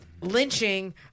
Lynching